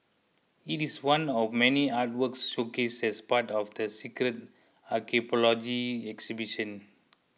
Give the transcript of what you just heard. it is one of many artworks showcased as part of the Secret Archipelago exhibition